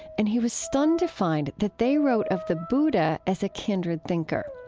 and he was stunned to find that they wrote of the buddha as a kindred thinker.